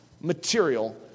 material